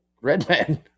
Redman